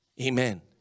Amen